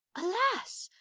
alas,